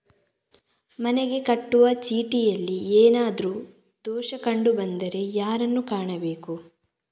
ಮನೆಗೆ ಕಟ್ಟುವ ಚೀಟಿಯಲ್ಲಿ ಏನಾದ್ರು ದೋಷ ಕಂಡು ಬಂದರೆ ಯಾರನ್ನು ಕಾಣಬೇಕು?